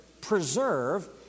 preserve